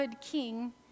king